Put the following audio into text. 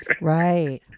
right